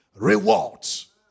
rewards